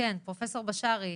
בשארי